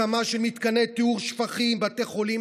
הקמה של מתקני טיהור שפכים ובתי חולים,